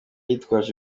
yitwaje